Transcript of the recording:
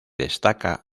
destaca